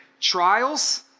trials